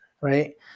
right